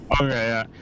okay